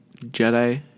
Jedi